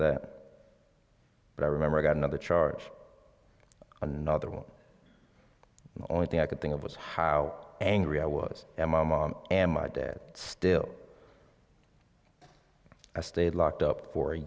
that but i remember i got another charge another one the only thing i could think of was how angry i was that my mom and my dad still i stayed locked up for a